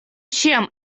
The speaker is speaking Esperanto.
ĉiam